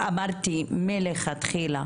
אמרתי מלכתחילה